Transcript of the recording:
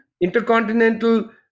intercontinental